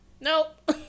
Nope